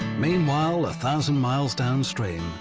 meanwhile, a thousand miles downstream,